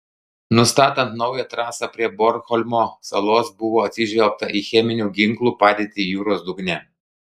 nustatant naują trasą prie bornholmo salos buvo atsižvelgta į cheminių ginklų padėtį jūros dugne